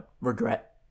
regret